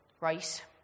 right